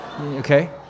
Okay